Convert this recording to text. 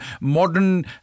modern